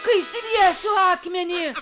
kai sviesiu akmenį